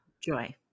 Joy